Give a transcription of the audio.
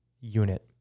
unit